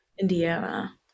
Indiana